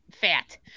fat